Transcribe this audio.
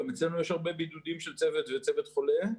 גם אצלנו יש הרבה בידודים של צוות וצוות חולה,